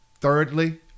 Thirdly